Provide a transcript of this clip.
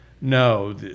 no